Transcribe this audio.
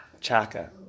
Chaka